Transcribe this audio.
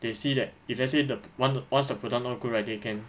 they see that if let's say the one once the product not good right they can